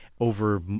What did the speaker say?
over